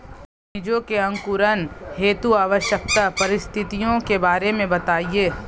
बीजों के अंकुरण हेतु आवश्यक परिस्थितियों के बारे में बताइए